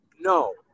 no